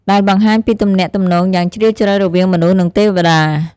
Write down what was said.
ដែលបង្ហាញពីទំនាក់ទំនងយ៉ាងជ្រាលជ្រៅរវាងមនុស្ស និងទេវតា។